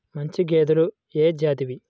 మంచి గేదెలు ఏ జాతివి?